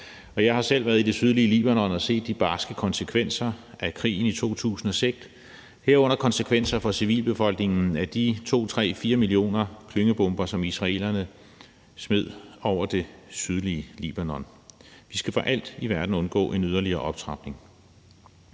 jeg har selv været i det sydlige Libanon og set de barske konsekvenser af krigen i 2006, herunder konsekvenser for civilbefolkningen af de 2-4 millioner klyngebomber, som israelerne smed over det sydlige Libanon. Vi skal for alt i verden undgå en yderligere optrapning.